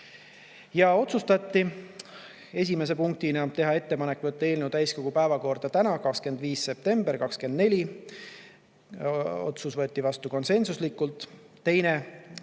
Ja otsustati esimese punktina teha ettepanek võtta eelnõu täiskogu päevakorda täna, 25. septembril 2024. Otsus võeti vastu konsensuslikult. Teine